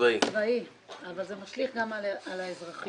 הצבאי אבל זה משליך גם על האזרחי.